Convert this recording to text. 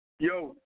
Yo